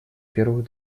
первых